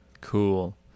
Cool